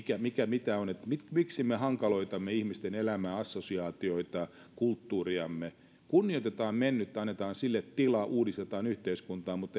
miksi me hankaloitamme ihmisten elämää assosiaatioita kulttuuriamme kunnioitetaan mennyttä annetaan sille tilaa uudistetaan yhteiskuntaa mutta